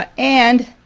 ah and,